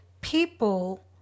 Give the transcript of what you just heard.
people